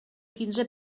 quinze